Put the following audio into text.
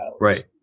Right